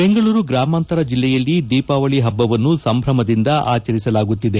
ಬೆಂಗಳೂರು ಗ್ರಾಮಾಂತರ ಜಿಲ್ಲೆಯಲ್ಲಿ ದೀಪಾವಳಿ ಪಬ್ಜವನ್ನು ಸಂಭ್ರಮದಿಂದ ಆಚರಿಸಲಾಗುತ್ತಿದೆ